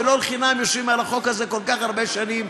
ולא לחינם יושבים על החוק הזה כל כך הרבה שנים,